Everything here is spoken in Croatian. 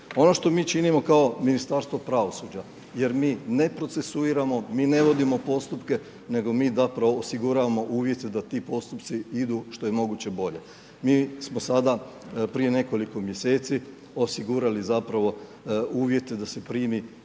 Ono što mi činimo kao Ministarstvo pravosuđa, jer mi ne procesuiramo, mi ne vodimo postupke, nego mi zapravo osiguravamo uvjete da ti postupci idu što je moguće bolje. Mi smo sada, prije nekoliko mjeseci osigurali zapravo uvjete da se primi